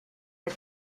but